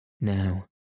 Now